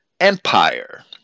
Empire